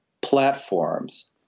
platforms